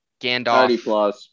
Gandalf